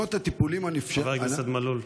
חבר הכנסת מלול,